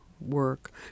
work